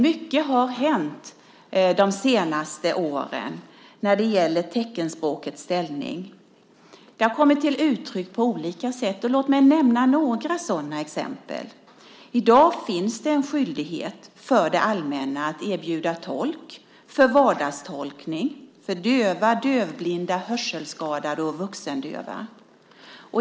Mycket har hänt under de senaste åren när det gäller teckenspråkets ställning. Det har kommit till uttryck på olika sätt. Låt mig nämna några sådana exempel. I dag finns det en skyldighet för det allmänna att erbjuda tolk för vardagstolkning för döva, dövblinda, hörselskadade och vuxendöva.